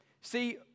See